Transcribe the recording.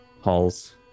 halls